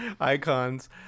icons